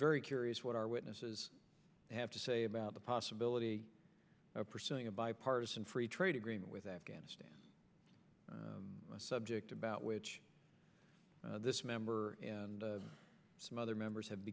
very curious what our witnesses have to say about the possibility of pursuing a bipartisan free trade agreement with afghanistan a subject about which this member and some other members ha